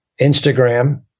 instagram